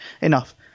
Enough